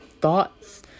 thoughts